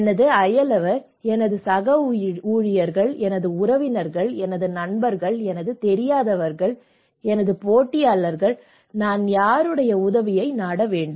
எனது அயலவர் எனது சக ஊழியர்கள் எனது உறவினர்கள் எனது நண்பர்கள் எனக்குத் தெரியாதவர்கள் எனது போட்டியாளர்கள் நான் யாருடைய உதவியை நாட வேண்டும்